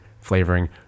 flavoring